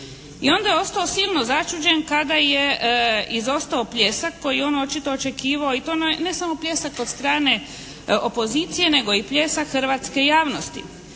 i onda je ostao silno začuđen kada je izostao pljesak koji je on očito očekivao i to ne samo pljesak od strane opozicije, nego i pljesak hrvatske javnosti.